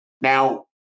Now